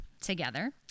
together